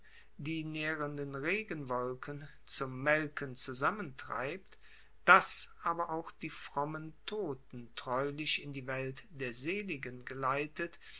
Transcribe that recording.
die naehrenden regenwolken zum melken zusammentreibt das aber auch die frommen toten treulich in die welt der seligen geleitet